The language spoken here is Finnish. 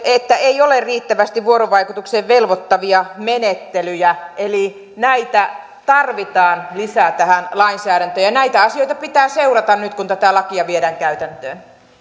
että ei ole riittävästi vuorovaikutukseen velvoittavia menettelyjä eli näitä tarvitaan lisää tähän lainsäädäntöön ja näitä asioista pitää seurata nyt kun tätä lakia viedään käytäntöön